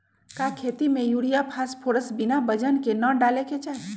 का खेती में यूरिया फास्फोरस बिना वजन के न डाले के चाहि?